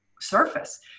surface